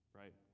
right